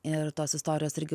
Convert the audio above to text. ir tos istorijos irgi